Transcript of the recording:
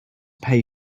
pay